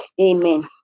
Amen